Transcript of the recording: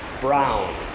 brown